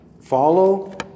Follow